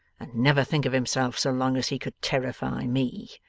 and never think of himself so long as he could terrify me.